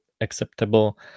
acceptable